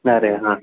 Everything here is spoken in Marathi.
अरे हां